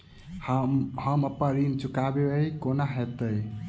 हम अप्पन ऋण चुकाइब कोना हैतय?